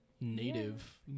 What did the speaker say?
native